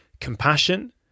compassion